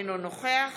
אינו נוכח